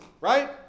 right